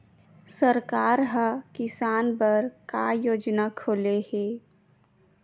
सरकार ह किसान बर का योजना खोले हे?